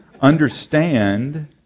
understand